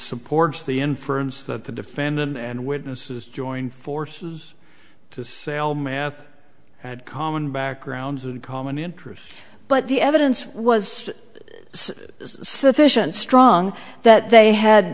supports the inference that the defendant and witnesses joined forces to sell math had common backgrounds and common interests but the evidence was sufficient strong that they had